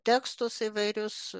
tekstus įvairius